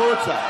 החוצה,